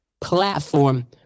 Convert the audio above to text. platform